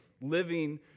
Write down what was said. living